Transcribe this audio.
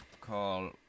call